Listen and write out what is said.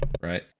right